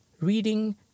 reading